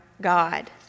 God